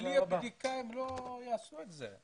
בלי הבדיקה הם לא יעשו את זה.